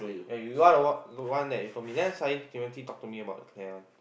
ya you got to walk the one that you told me then suddenly Timothy talk to me the canal